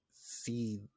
see